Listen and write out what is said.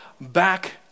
back